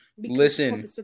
Listen